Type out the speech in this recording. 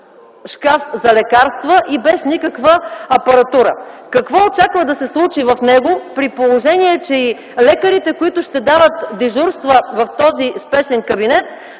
шкаф за лекарства и без никаква апаратура. Какво очаква да се случи в него, при положение че и лекарите, които ще дават дежурства в този спешен кабинет,